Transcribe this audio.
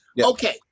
Okay